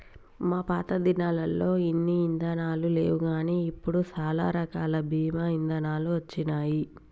మా పాతదినాలల్లో ఇన్ని ఇదానాలు లేవుగాని ఇప్పుడు సాలా రకాల బీమా ఇదానాలు వచ్చినాయి